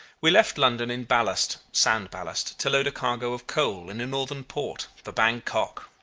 we left london in ballast sand ballast to load a cargo of coal in a northern port for bankok.